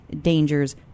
danger's